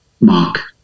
mark